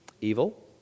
Evil